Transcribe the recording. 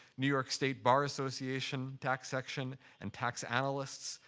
new york state bar association tax section, and tax analysts.